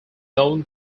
known